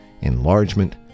enlargement